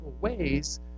ways